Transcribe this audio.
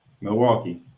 Milwaukee